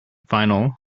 final